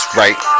right